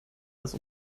als